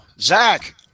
Zach